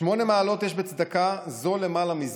"שמונה מעלות יש בצדקה זו למעלה מזו.